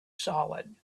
solid